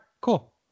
cool